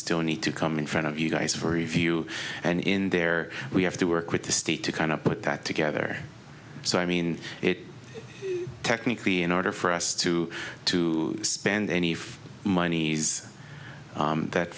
still need to come in front of you guys for review and in there we have to work with the state to kind of put that together so i mean it technically in order for us to to spend any money is that